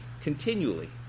continually